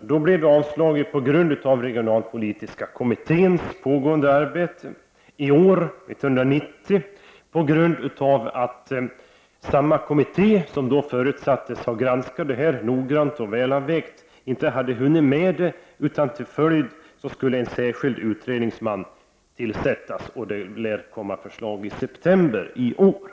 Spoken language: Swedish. Min motion blev då avslagen på grund av regionalpolitiska kommitténs pågående arbete. I år, 1990, avstyrks min motion på grund av att samma kommitté, som förutsattes ha granskat saken noggrant och väl avvägt, inte hade hunnit med detta. Till följd härav skall en särskild utredningsman tillkallas. Det lär komma ett förslag i september i år.